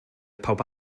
pawb